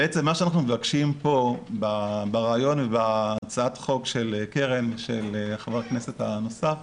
בעצם מה שאנחנו מבקשים פה ברעיון ובהצעת החוק של קרן ושל ח"כ הנוסף,